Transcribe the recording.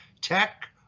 tech